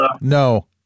no